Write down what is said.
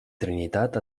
trinitat